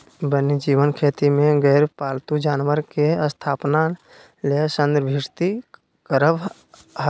वन्यजीव खेती में गैर पालतू जानवर के स्थापना ले संदर्भित करअ हई